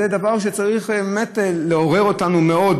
זה דבר שצריך באמת לעורר אותנו מאוד,